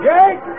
Jake